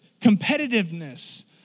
competitiveness